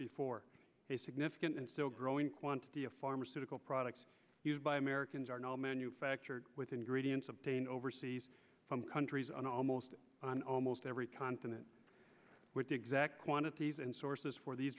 before a significant and so growing quantity of pharmaceutical products by americans are now manufactured with ingredients obtained overseas from countries and almost on almost every continent with the exact quantities and sources for these